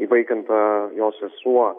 įvaikinta jo sesuo